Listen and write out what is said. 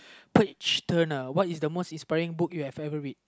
page turner what is the most inspiring book you have ever read